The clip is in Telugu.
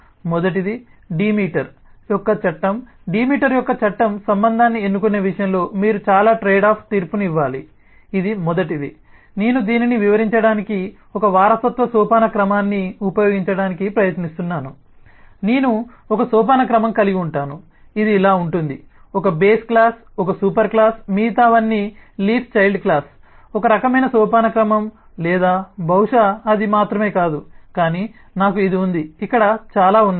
మొదటిది డిమీటర్ యొక్క చట్టం డిమీటర్ యొక్క చట్టం సంబంధాన్ని ఎన్నుకునే విషయంలో మీరు చాలా ట్రేడ్ ఆఫ్ తీర్పునివ్వాలి ఇది మొదటిది నేను దీనిని వివరించడానికి ఒక వారసత్వ సోపానక్రమాన్ని ఉపయోగించటానికి ప్రయత్నిస్తున్నాను నేను ఒక సోపానక్రమం కలిగి ఉంటాను ఇది ఇలా ఉంటుంది 1 బేస్ క్లాస్ ఒక సూపర్ క్లాస్ మిగతావన్నీ లీఫ్ చైల్డ్ క్లాస్ ఒక రకమైన సోపానక్రమం లేదా బహుశా అది మాత్రమే కాదు కానీ నాకు ఇది ఉంది ఇక్కడ చాలా ఉన్నాయి